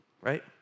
Right